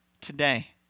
today